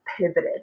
pivoted